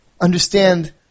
understand